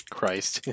Christ